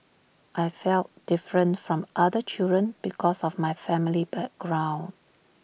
I felt different from other children because of my family background